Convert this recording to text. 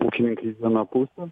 ūkininkai vienapusių